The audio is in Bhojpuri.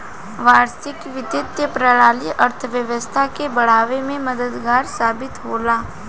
वैश्विक वित्तीय प्रणाली अर्थव्यवस्था के बढ़ावे में मददगार साबित होला